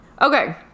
Okay